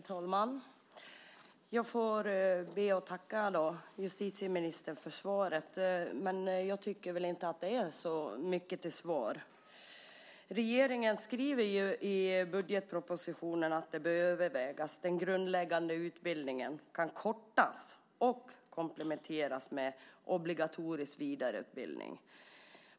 Herr talman! Jag ska be att få tacka justitieministern för svaret, men jag tycker väl inte att det är så mycket till svar. Regeringen skriver ju i budgetpropositionen att det bör övervägas om den grundläggande utbildningen kan kortas och kompletteras med obligatorisk vidareutbildning.